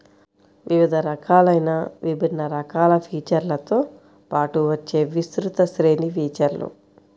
వివిధ రకాలైన విభిన్న రకాల ఫీచర్లతో పాటు వచ్చే విస్తృత శ్రేణి ఫీచర్లు